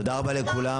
תודה רבה לכולם.